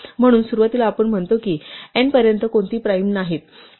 म्हणून सुरुवातीला आपण म्हणतो की n पर्यंत कोणतेही प्राइम नाहीत